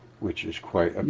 which is quite